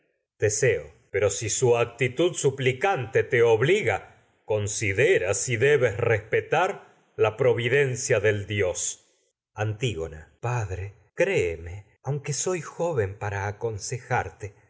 no pongas si su la necesidad de acceder suplicante te obliga con teseo sidera si pero actitud debes respetar la providencia del dios antígona padre créeme aunque soy joven paraa su aconsejarte